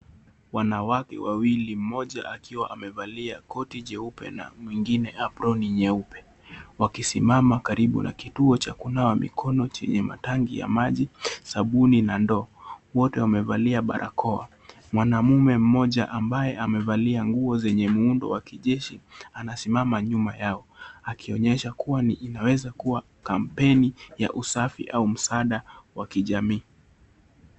Wanawake wawili moja akiwa amevalia koti jeupe na mwingine aproni nyeupe wakisimama karibu na kituo cha kunawa mikono chenye matangi ya maji sabuni na ndoo, wote wamevalia barakoa, mwanaume mmoja ambaye amevalia nguo zenye muundo wa kijeshi anasimama nyuma yao akionyesha kuwa inaweza kuwa kampeni ya usafi au msaada wa kijamii.